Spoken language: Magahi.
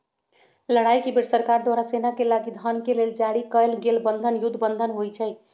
लड़ाई के बेर सरकार द्वारा सेनाके लागी धन के लेल जारी कएल गेल बन्धन युद्ध बन्धन होइ छइ